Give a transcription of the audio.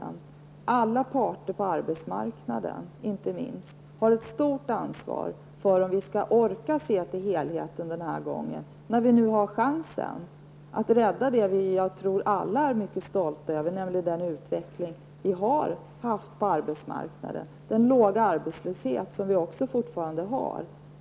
Inte minst alla parter på arbetsmarknaden har ett stort ansvar för att vi skall kunna se till helheten denna gång, när vi nu har chansen att rädda det som jag tror att vi alla är mycket stolta över, nämligen den utveckling som vi har haft på arbetsmarknaden med den låga arbetslöshet som vi fortfarande har.